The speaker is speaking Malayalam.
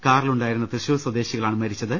കാറിലുണ്ടായിരുന്ന തൃശൂർ സ്വദേശി കളാണ് മരിച്ചത്